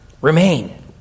Remain